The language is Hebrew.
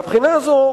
מהבחינה הזאת,